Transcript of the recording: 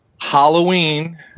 Halloween